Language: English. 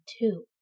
two